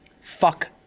Fuck